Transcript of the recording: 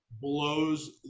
blows